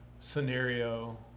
scenario